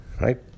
right